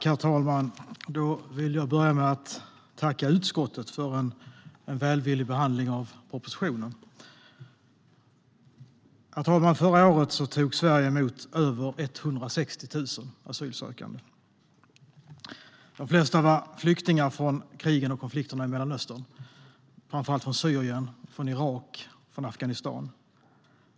Herr talman! Jag vill börja med att tacka utskottet för en välvillig behandling av propositionen. Herr talman! Förra året tog Sverige emot över 160 000 asylsökande. De flesta var flyktingar från krigen och konflikterna i Mellanöstern, framför allt från Syrien, Irak och Afghanistan.